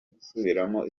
gusubiramo